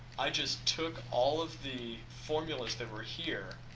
i just took all of the formulas that were here,